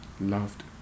loved